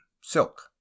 silk